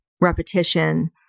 repetition